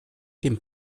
dem